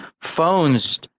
Phones